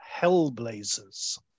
Hellblazers